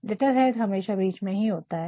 letterhead हमेशा बीच में ही होता है